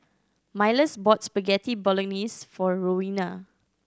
Milas bought Spaghetti Bolognese for Roena